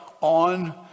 on